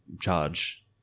charge